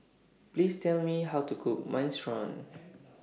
Please Tell Me How to Cook Minestrone